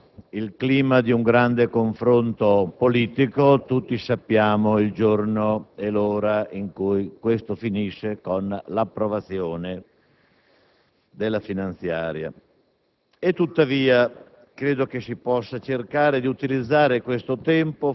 Signor Presidente, non è questo certo il clima di un grande confronto politico; tutti sappiamo il giorno e l'ora in cui si finirà con l'approvazione